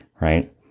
right